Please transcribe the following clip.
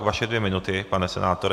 Vaše dvě minuty, pane senátore.